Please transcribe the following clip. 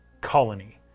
colony